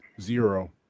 Zero